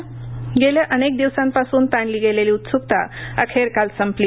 निवडण्क गेल्या अनेक दिवसांपासून ताणली गेलेली उत्सुकता अखेर काल संपली